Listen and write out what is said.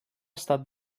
estat